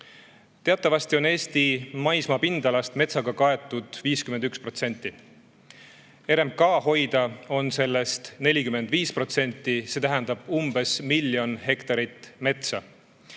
Teatavasti on Eesti maismaa pindalast metsaga kaetud 51%. RMK hoida on sellest 45%, see tähendab umbes miljon hektarit metsa.